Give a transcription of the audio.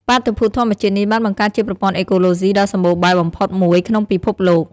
បាតុភូតធម្មជាតិនេះបានបង្កើតជាប្រព័ន្ធអេកូឡូស៊ីដ៏សម្បូរបែបបំផុតមួយក្នុងពិភពលោក។